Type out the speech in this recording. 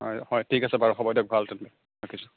ঠিক আছে বাৰু হ'ব দিয়ক ৰাখিছোঁ